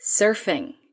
Surfing